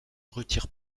retire